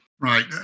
Right